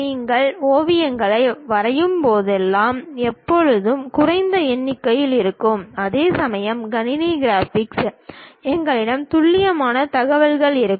நீங்கள் ஓவியங்களை வரையும்போதெல்லாம் எப்போதும் குறைந்த எண்ணிக்கையில் இருக்கும் அதேசமயம் கணினி கிராபிக்ஸ் உங்களிடம் துல்லியமான தகவல்கள் இருக்கும்